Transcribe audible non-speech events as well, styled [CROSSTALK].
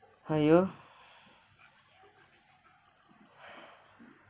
how are you [BREATH]